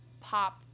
pop